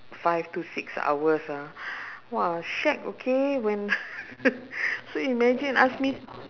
five to six hours ah !wow! shag okay when so imagine ask me